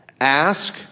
Ask